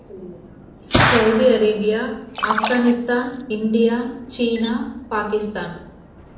Saudi Arabia Afghanistan India China Pakistan